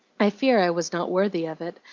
i fear i was not worthy of it,